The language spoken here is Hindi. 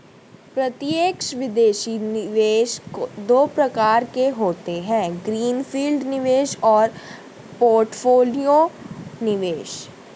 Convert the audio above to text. प्रत्यक्ष विदेशी निवेश दो प्रकार के होते है ग्रीन फील्ड निवेश और पोर्टफोलियो निवेश